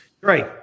Great